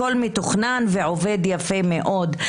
הכול מתוכנן ועובד יפה מאוד.